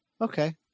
Okay